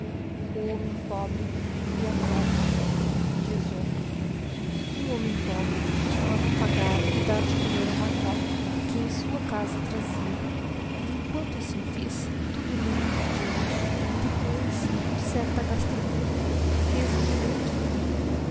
o homem wbre b a cobra jli um homem pobre costumara aflàgar e dar de comer a huma co bra que em sua casa trazia e emquanto assim o fez tudo lhe hia por iante depois por certa agastadu ja y fez-lhe huma grande ferida